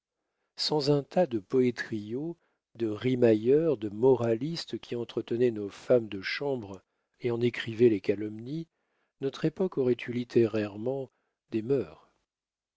sans un tas de poétriaux de rimailleurs de moralistes qui entretenaient nos femmes de chambre et en écrivaient les calomnies notre époque aurait eu littérairement des mœurs